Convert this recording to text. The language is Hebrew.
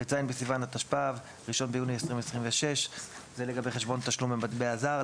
ט"ז בסיוון התשפ"ו (1 ביוני 2026). זה לגבי חשבון תשלום במטבע זר.